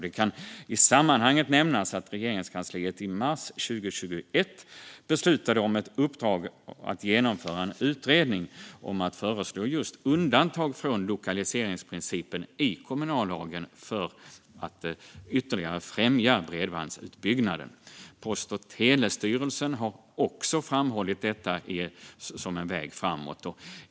Det kan i sammanhanget nämnas att Regeringskansliet i mars 2021 beslutade om ett uppdrag att genomföra en utredning om att föreslå just undantag från lokaliseringsprincipen i kommunallagen för att ytterligare främja bredbandsutbyggnaden. Post och telestyrelsen har också framhållit detta som en väg framåt.